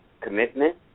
commitment